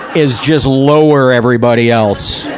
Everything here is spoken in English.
is just lower everybody else.